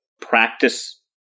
practice